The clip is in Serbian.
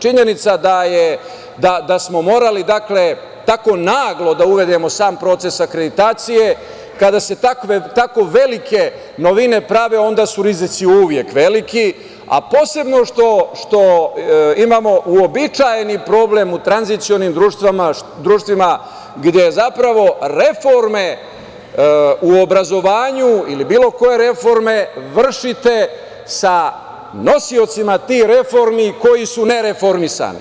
Činjenica da smo morali tako naglo da uvedemo sam proces akreditacije, kada se tako velike novine prave, onda su rizici uvek veliki, a posebno što imamo uobičajeni problem u tranzicionim društvima gde reforme u obrazovanju ili bilo koje reforme vršite sa nosiocima tih reformi koji su ne reformisani.